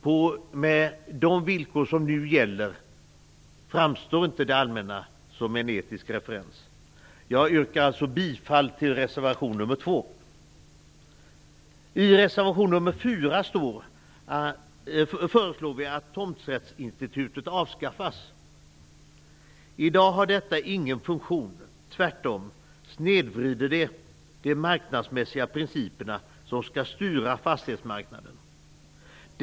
Men med de villkor som nu gäller, framstår inte det allmänna som en etisk referens. Jag yrkar alltså bifall till reservation nr 2. I reservation nr 4 föreslår vi att tomträttsinstitutet avskaffas. I dag har detta ingen funktion. Tvärtom snedvrider det de marknadsmässiga principer som skall styra fastighetsmarknaden.